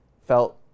Felt